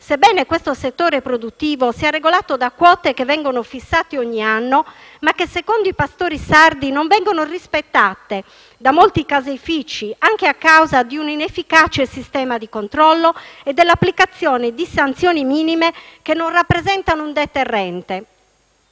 sebbene il settore produttivo sia regolato da quote che vengono fissate ogni anno, ma che secondo i pastori sardi non vengono rispettate da molti caseifici, anche a causa di un inefficace sistema di controllo e dell'applicazione di sanzioni minime, che non rappresentano un deterrente.